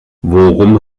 worum